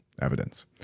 evidence